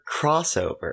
crossover